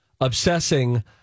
obsessing